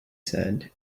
said